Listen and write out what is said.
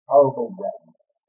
overwhelmed